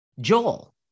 Joel